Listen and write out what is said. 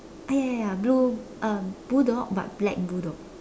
ah ya ya ya ya blue uh bull dog but black bull dog